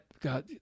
God